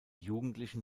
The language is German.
jugendlichen